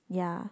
yeah